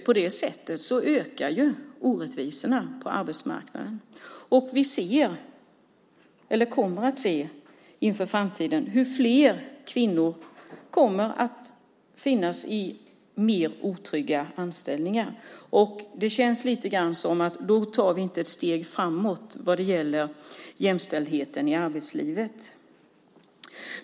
På det sättet ökar orättvisorna på arbetsmarknaden och vi ser, eller kommer i framtiden att se, hur fler kvinnor kommer att finnas i mer otrygga anställningar. Det känns lite grann som att vi då inte tar ett steg framåt när det gäller jämställdheten i arbetslivet.